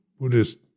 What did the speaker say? Buddhist